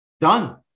done